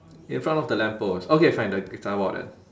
in front of the lamp post okay fine the zha bor then